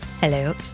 Hello